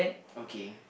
okay